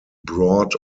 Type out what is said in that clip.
brought